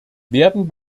werden